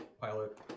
pilot